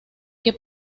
que